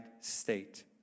state